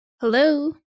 Hello